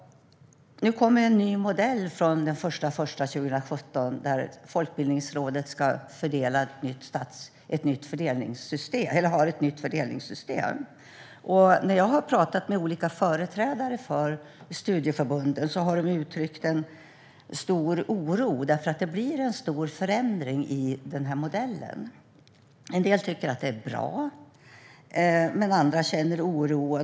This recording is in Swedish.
Nu kommer en ny modell från den 1 januari 2017 där Folkbildningsrådet har ett nytt fördelningssystem. När jag har talat med olika företrädare för studieförbunden har de uttryckt en stor oro. Det blir en stor förändring i modellen. En del tycker att det är bra, men andra känner oro.